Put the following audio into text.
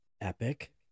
Epic